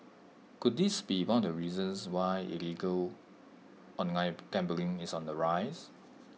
could this be one of the reasons why illegal online gambling is on the rise